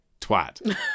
twat